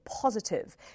positive